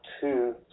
two